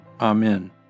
Amen